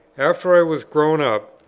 after i was grown up,